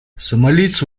сомалийцы